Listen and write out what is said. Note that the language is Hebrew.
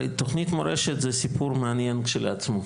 הרי תכנית מורשת זה סיפור מעניין כשלעצמו.